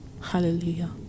Hallelujah